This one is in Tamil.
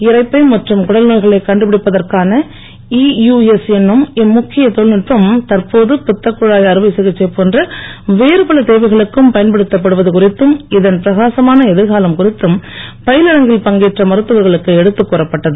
இரைப்பை மற்றும் குடல்நோய்களைக் கண்டுபிடிப்பதற்கான இயுஎஸ் என்னும் இம்முக்கிய தொழில்நுட்பம் தற்போது பித்தக்குழாய் அறுவை சிகிச்சை போன்ற வேறு பல தேவைகளுக்கும் பயன்படுத்தப்படுவது குறித்தும் இதன் பிரகாசமான எதிர்காலம் குறித்தும் பயிலரங்கில் பங்கேற்ற மருத்துவர்களுக்கு எடுத்துக் கூறப்பட்டது